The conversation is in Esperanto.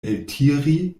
eltiri